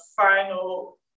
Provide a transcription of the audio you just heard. final